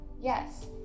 yes